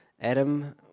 Adam